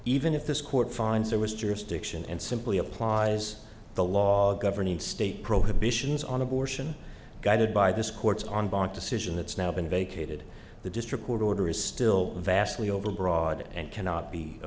even if this court finds there was jurisdiction and simply applies the law governing state prohibit ins on abortion guided by this court's on bond decision that's now been vacated the district court order is still vastly over broad and cannot be a